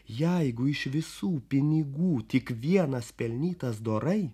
jeigu iš visų pinigų tik vienas pelnytas dorai